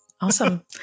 Awesome